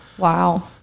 Wow